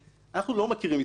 אנחנו לא מכירים התנהלות כזאת.